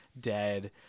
dead